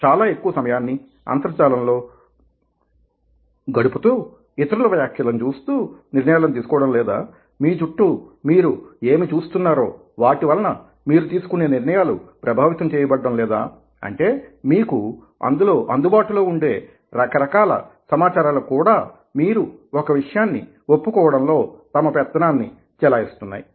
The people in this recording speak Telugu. చాలా ఎక్కువ సమయాన్ని అంతర్జాలంలో గడుపుతూ ఇతరుల వ్యాఖ్యలని చూస్తూ నిర్ణయాలని తీసుకోవడం లేదా మీ చుట్టూ మీరు ఏమి చూస్తున్నారో వాటివలన మీరు తీసుకునే నిర్ణయాలు ప్రభావితం చేయడం లేదా అంటే మీకు అందుబాటులో ఉండే రకరకాల సమాచారాలు కూడా మీరు ఒక విషయాన్ని ఒప్పుకోవడం లో తమ పెత్తనాన్ని చెలాయిస్తున్నాయి